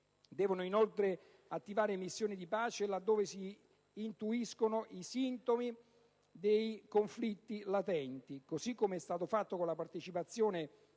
devono inoltre attivare missioni di pace, laddove si intuiscono i sintomi di conflitti latenti. Così come è stato fatto con la partecipazione